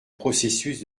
processus